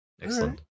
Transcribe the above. excellent